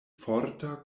forta